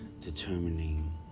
determining